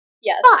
Yes